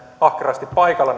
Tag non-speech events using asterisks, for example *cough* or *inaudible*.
ahkerasti paikalla *unintelligible*